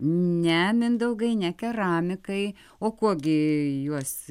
ne mindaugai ne keramikai o kuo gi juos